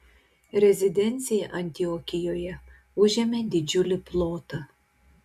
rezidencija antiokijoje užėmė didžiulį plotą